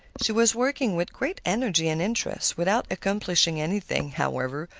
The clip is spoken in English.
she was working with great energy and interest, without accomplishing anything, however,